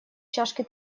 чашки